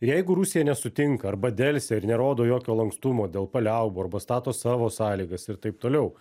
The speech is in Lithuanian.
jeigu rusija nesutinka arba delsia ir nerodo jokio lankstumo dėl paliaubų arba stato savo sąlygas ir taip toliau